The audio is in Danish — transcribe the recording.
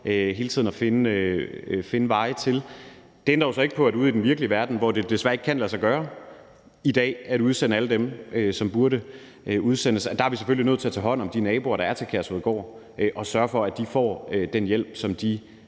hele tiden for at finde veje til det. Det ændrer så ikke på, at det ude i den virkelige verden desværre i dag ikke kan lade sig gøre at udsende alle dem, som burde udsendes, og der er vi selvfølgelig nødt til at tage hånd om de naboer, der er til Kærshovedgård, og sørge for, at de får den hjælp, som de